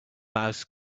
mouse